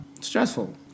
stressful